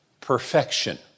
perfection